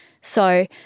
So-